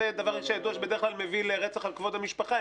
זה דבר שידוע שבדרך כלל מביא לרצח על כבוד המשפחה,